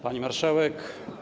Pani Marszałek!